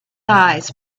eyes